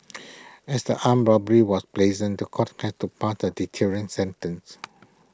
as the armed robbery was brazen The Court has to pass A deterrent sentence